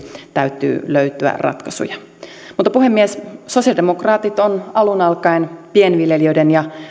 täytyy löytyä ratkaisuja puhemies sosialidemokraatit on alun alkaen pienviljelijöiden ja